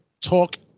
talk